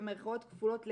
במירכאות כפולות לגמרי,